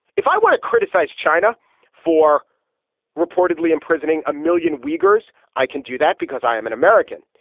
if i want to criticize china for reportedly imprisoning a million workers i can do that because i am an american.